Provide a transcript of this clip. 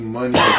money